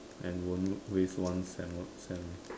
and won't waste one sem one sem